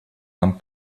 нам